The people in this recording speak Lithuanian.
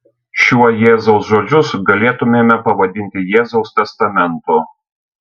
šiuo jėzaus žodžius galėtumėme pavadinti jėzaus testamentu